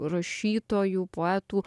rašytojų poetų